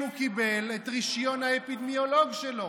הוא קיבל את רישיון האפידמיולוג שלו.